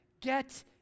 get